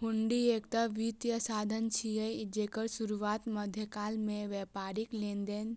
हुंडी एकटा वित्तीय साधन छियै, जेकर शुरुआत मध्यकाल मे व्यापारिक लेनदेन